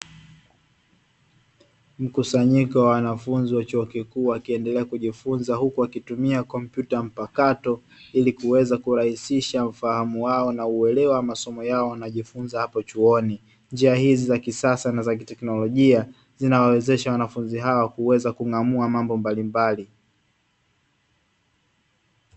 Mkusanyiko wa wanafunzi wa chuo kikuu wakiendelea kujifunza huku wakitumia kompyuta mpakato ilikuweza kurahisisha ufahamu wao na uelewa wa masomo yao wanaojifunza chuoni. Njia hizi za kisasa na za kiteknolojia zina wawezesha wanafunzi hawa kuweza kungamua mambo mbalimbali.